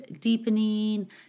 deepening